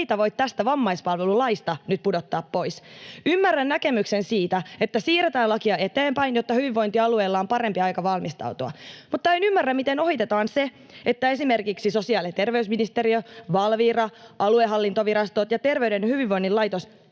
heitä voi tästä vammaispalvelulaista nyt pudottaa pois. Ymmärrän näkemyksen siitä, että siirretään lakia eteenpäin, jotta hyvinvointialueilla on paremmin aikaa valmistautua, mutta en ymmärrä, miten ohitetaan se, että esimerkiksi sosiaali- ja terveysministeriö, Valvira, aluehallintovirastot ja Terveyden ja hyvinvoinnin laitos